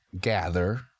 gather